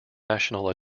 national